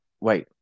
wait